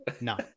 no